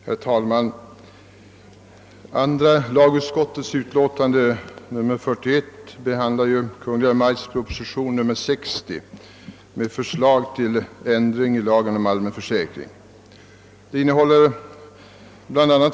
Herr talman! I andra lagutskottets utlåtande nr 41 behandlas Kungl. Maj:ts proposition nr 60 med förslag till ändring i lagen om allmän försäkring. Propositionen innehåller bla.